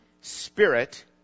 spirit